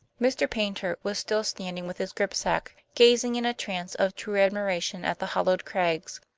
mr. paynter was still standing with his gripsack, gazing in a trance of true admiration at the hollowed crags,